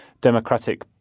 Democratic